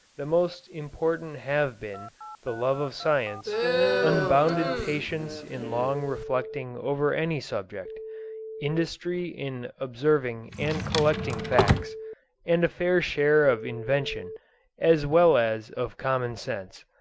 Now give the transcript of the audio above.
the most important have been the love of science unbounded patience in long reflecting over any subject industry in observing and collecting facts and a fair share of invention as well as of common sense.